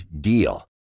DEAL